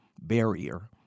barrier